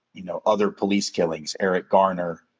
you know, other police killings, eric garner,